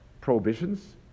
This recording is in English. prohibitions